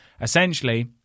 Essentially